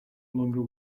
longer